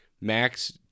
Max